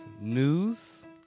news